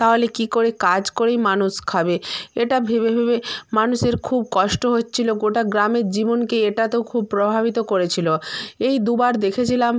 তাহলে কী করে কাজ করেই মানুষ খাবে এটা ভেবে ভেবে মানুষের খুব কষ্ট হচ্ছিলো গোটা গ্রামের জীবনকে এটা তো খুব প্রভাবিত করেছিলো এই দুবার দেখেছিলাম